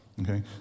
Okay